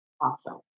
Awesome